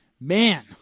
man